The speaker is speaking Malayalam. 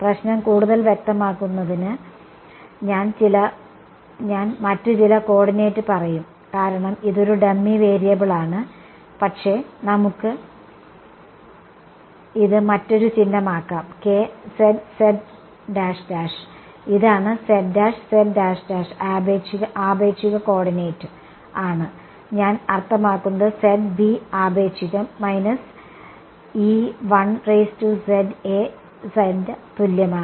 പ്രശ്നം കൂടുതൽ വ്യക്തമാക്കുന്നതിന് ഞാൻ മറ്റ് ചില കോർഡിനേറ്റ് പറയും കാരണം ഇതൊരു ഡമ്മി വേരിയബിളാണ് പക്ഷേ നമുക്ക് ഇത് മറ്റൊരു ചിഹ്നമാക്കാം ഇതാണ് ആപേക്ഷിക കോർഡിനേറ്റ് ആണ് ഞാൻ അർത്ഥമാക്കുന്നത് ആപേക്ഷികം തുല്യമാണ്